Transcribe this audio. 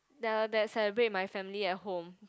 then after that celebrate with my family at home